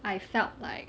I felt like